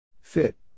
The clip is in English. Fit